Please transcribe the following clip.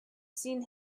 seen